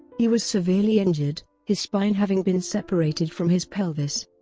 he was severely injured, his spine having been separated from his pelvis.